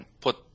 put